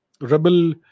rebel